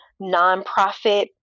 nonprofit